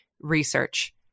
research